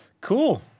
Cool